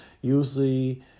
usually